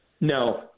No